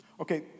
Okay